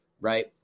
Right